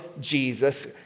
Jesus